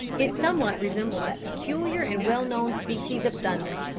it somewhat resembled that peculiar and well-known species of thunder,